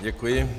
Děkuji.